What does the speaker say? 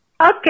Okay